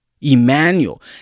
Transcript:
Emmanuel